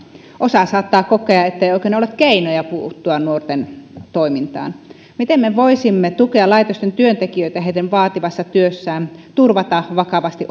osa saattaa kokea ettei oikein ole keinoja puuttua nuorten toimintaan miten me voisimme tukea laitosten työntekijöitä heidän vaativassa työssään turvata vakavasti